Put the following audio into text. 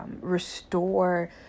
restore